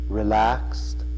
relaxed